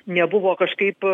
nebuvo kažkaip